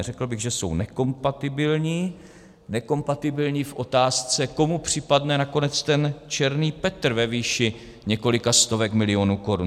Řekl bych, že jsou nekompatibilní v otázce, komu připadne nakonec ten černý Petr ve výši několika stovek milionů korun.